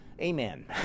Amen